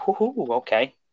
Okay